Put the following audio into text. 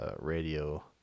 radio